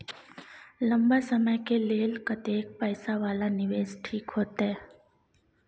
लंबा समय के लेल कतेक पैसा वाला निवेश ठीक होते?